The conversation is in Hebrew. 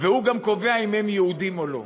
והוא גם קובע אם הם יהודים או לא.